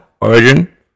Origin